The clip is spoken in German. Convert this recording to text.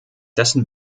dessen